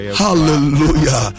hallelujah